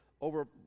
over